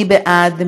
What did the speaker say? מי בעד?